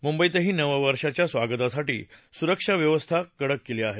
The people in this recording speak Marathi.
मुंबईतही नववर्षाच्या स्वागतासाठी सुरक्षा व्यवस्था कडक केली आहे